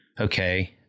okay